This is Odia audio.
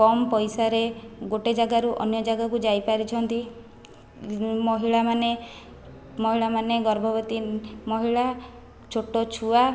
କମ ପଇସାରେ ଗୋଟିଏ ଯାଗାରୁ ଅନ୍ୟ ଯାଗାକୁ ଯାଇପାରୁଛନ୍ତି ମହିଳାମାନେ ମହିଳାମାନେ ଗର୍ଭବତୀ ମହିଳା ଛୋଟ ଛୁଆ